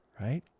right